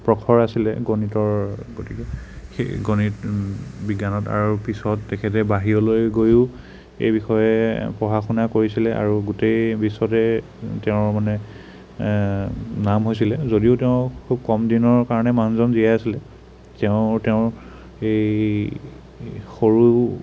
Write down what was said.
প্ৰখৰ আছিলে গণিতৰ গতিকে সেই গণিত বিজ্ঞানত আৰু পিছত তেখেতে বাহিৰলৈ গৈও এইবিষয়ে পঢ়া শুনা কৰিছিলে আৰু গোটেই বিশ্বতে তেওঁ মানে নাম হৈছিলে যদিও তেওঁ খুব কম দিনৰ কাৰণে মানুহজন জীয়াই আছিলে তেওঁ তেওঁৰ সেই সৰু